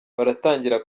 baratangira